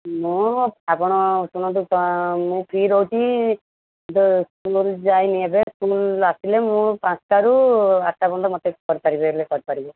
ମୁଁ ଆପଣ ଶୁଣନ୍ତୁ ମୁଁ ଫ୍ରି ରହୁଛି ଯାଇନି ଏବେ ସ୍କୁଲରୁ ଆସିଲେ ମୁଁ ପାଞ୍ଚଟାରୁ ଆଠଟା ପର୍ଯ୍ୟନ୍ତ ମୋତେ କରିପାରିବେ ହେଲେ କରିପାରିବୁ